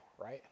right